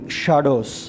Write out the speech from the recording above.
shadows